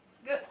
good